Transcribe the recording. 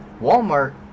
Walmart